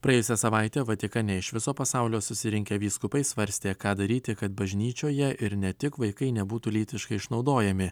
praėjusią savaitę vatikane iš viso pasaulio susirinkę vyskupai svarstė ką daryti kad bažnyčioje ir ne tik vaikai nebūtų lytiškai išnaudojami